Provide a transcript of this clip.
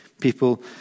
people